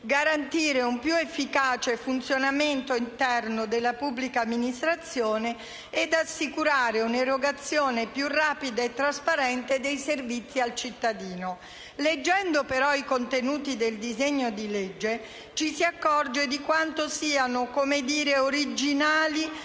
garantire un più efficace funzionamento interno delle pubbliche amministrazioni ed assicurare un'erogazione più rapida e trasparente dei servizi al cittadino. Leggendo però i contenuti del disegno di legge, ci si accorge di quanto siano, come dire, «originali